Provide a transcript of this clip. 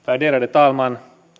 värderade talman